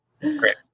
Great